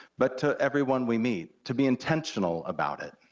but to everyone we meet, to be intentional about it.